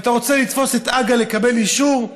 ואתה רוצה לתפוס את הג"א לקבל אישור,